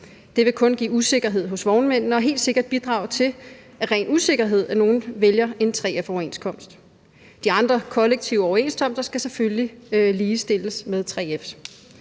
det vil kun give usikkerhed hos vognmændene og helt sikkert bidrage til, at nogle af ren usikkerhed vælger en 3F-overenskomst. De andre kollektive overenskomster skal selvfølgelig ligestilles med 3F's.